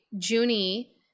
Junie